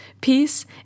Peace